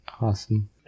Awesome